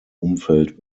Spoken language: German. umfeld